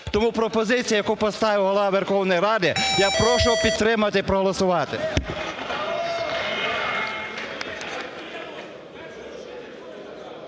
Тому пропозиція, яку поставив Голова Верховної Ради, я прошу підтримати, проголосувати.